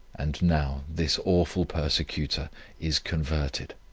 and now this awful persecutor is converted.